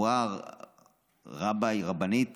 הוא ראה רבי, רבנית